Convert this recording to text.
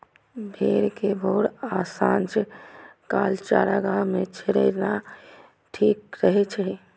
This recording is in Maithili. भेड़ कें भोर आ सांझ काल चारागाह मे चरेनाय ठीक रहै छै